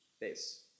base